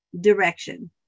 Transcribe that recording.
direction